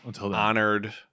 honored